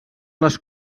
les